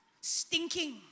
stinking